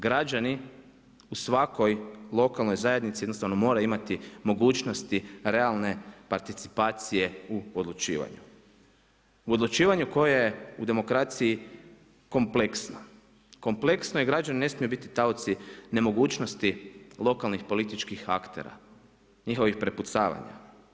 Građani u svakoj lokalnoj zajednici jednostavno moraju imati mogućnosti realne participacije u odlučivanju, u odlučivanju koje u demokraciji kompleksno, kompleksno i građani ne smiju biti taoci nemogućnosti lokalnih političkih aktera, njihovih prepucavanja.